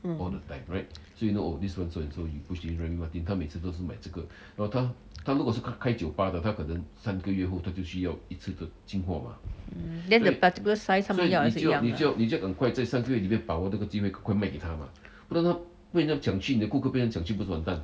mm mm then the particular size 他们要也是一样的啊